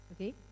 okay